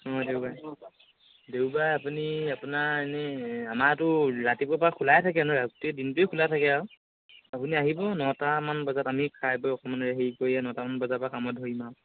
অঁ দেওবাৰ দেওবাৰ আপুনি আপোনাৰ এনেই আমাৰতো ৰাতিপুৱা পৰা খোলাই থাকে ন ৰাতি দিনটোৱে খোলাই থাকে আৰু আপুনি আহিব নটামান বজাত আমি খাই বই অকণমান হেৰি কৰি নটামান বজাৰ পৰা কামত ধৰিম আৰু